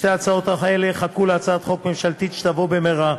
שתי ההצעות האלה יחכו להצעת החוק הממשלתית שתבוא במהרה,